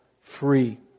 free